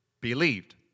believed